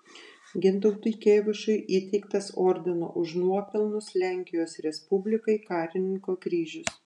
gintautui kėvišui įteiktas ordino už nuopelnus lenkijos respublikai karininko kryžius